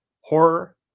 horror